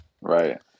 right